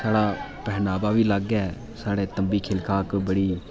साढ़ा पहनावा बी अलग ऐ साढ़े तंबी खिलका बी